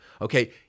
Okay